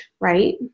right